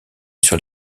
sur